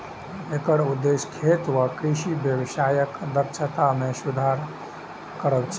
एकर उद्देश्य खेत आ कृषि व्यवसायक दक्षता मे सुधार करब छै